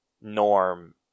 Norm